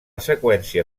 seqüència